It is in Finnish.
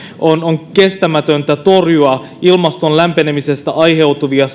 on on kestämätöntä kompensoida ilmaston lämpenemisestä aiheutuvia